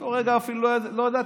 באותו רגע אפילו לא ידעתי.